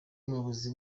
umuyobozi